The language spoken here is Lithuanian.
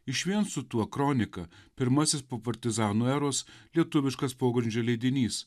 išvien su tuo kronika pirmasis po partizanų eros lietuviškas pogrindžio leidinys